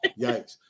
Yikes